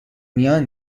میان